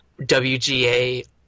WGA